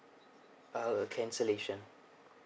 uh cancellation